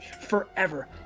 forever